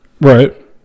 Right